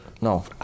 no